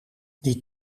die